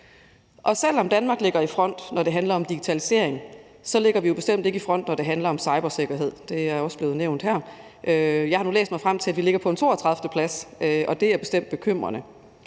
Selv om Danmark ligger i front, når det handler om digitalisering, ligger vi bestemt ikke i front, når det handler om cybersikkerhed, og det er også blevet nævnt her. Jeg har nu læst mig frem til, at vi ligger på en 32. plads, og det er bestemt bekymrende.